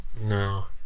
No